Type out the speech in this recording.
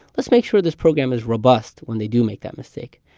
let's make sure this program is robust when they do make that mistake.